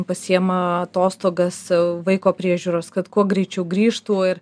pasiima atostogas vaiko priežiūros kad kuo greičiau grįžtų ir